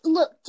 Look